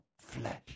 flesh